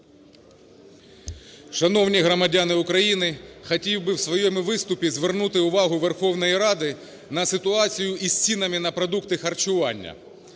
Шановні громадяни України, хотів би в своєму виступі звернути увагу Верховної Ради на ситуацію із цінами на продукти харчування.